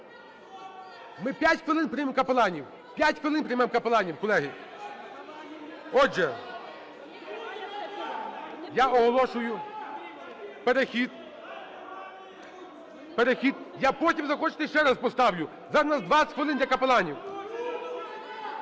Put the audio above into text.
5 хвилин - приймемо капеланів, колеги. Отже, я оголошую перехід… (Шум у залі) Я потім, захочете, ще раз поставлю. Зараз у нас 20 хвилин для капеланів.